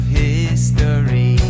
history